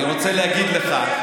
אני רוצה להגיד לך,